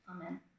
Amen